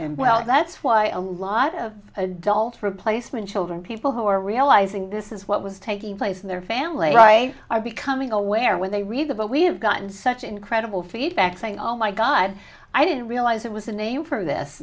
and well that's why a lot of adults replacement children people who are realizing this is what was taking place in their family are becoming aware when they read about we have gotten such incredible feedback saying oh my god i didn't realize it was a name for this